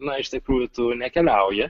na iš tikrųjų tu nekeliauji